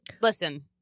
Listen